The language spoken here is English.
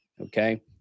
Okay